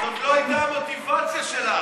לא התכוונת.